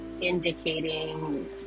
indicating